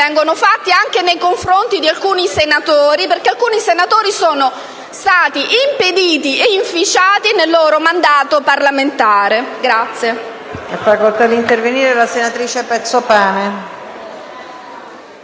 comportamenti assunti nei confronti di alcuni senatori, perché alcuni senatori sono stati impediti e inficiati nel loro mandato parlamentare.